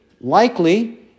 likely